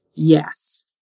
Yes